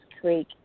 Creek